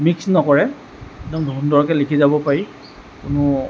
mix নকৰে একদম সুন্দৰকৈ লিখি যাব পাৰি কোনো